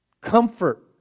Comfort